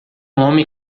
homem